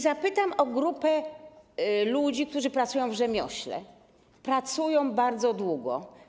Zapytam o grupę ludzi, którzy pracują w rzemiośle, pracują bardzo długo.